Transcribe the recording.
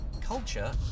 culture